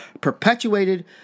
perpetuated